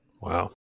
Wow